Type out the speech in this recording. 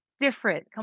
different